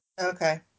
Okay